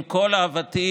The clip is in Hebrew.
עם כל הבנתי,